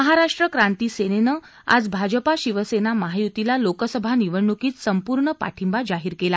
महाराष्ट्र क्रांती सेनेनं आज भाजपा शिवसेना महायुतीला लोकसभा निवडणूकीत संपूर्ण पाठिंबा जाहिर केला